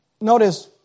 Notice